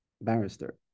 barrister